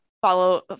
follow